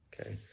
okay